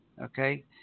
Okay